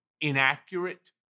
inaccurate